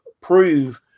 prove